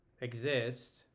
exist